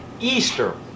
Easter